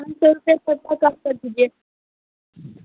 पाँच सौ रुपये सबको कम कर दीजिये